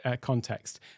context